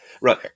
Right